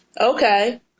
Okay